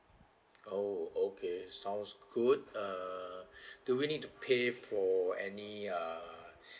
oh okay sounds good uh do we need to pay for any uh